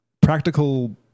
practical